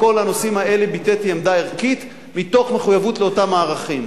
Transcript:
בכל הנושאים האלה ביטאתי עמדה ערכית מתוך מחויבות לאותם ערכים,